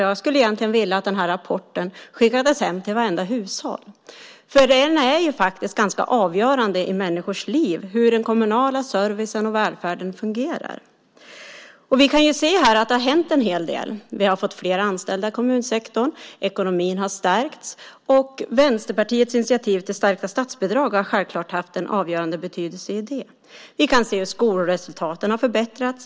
Jag skulle egentligen vilja att den här rapporten skickades hem till vartenda hushåll, för det är faktiskt ganska avgörande för människors liv hur den kommunala servicen och välfärden fungerar. Vi kan se att det har hänt en hel del här. Vi har fått fler anställda i kommunsektorn, och ekonomin har stärkts. Vänsterpartiets initiativ till starka statsbidrag har självklart haft en avgörande betydelse för det. Vi kan se hur skolresultaten har förbättrats.